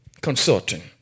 Consulting